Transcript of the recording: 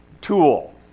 tool